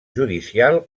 judicial